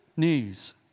news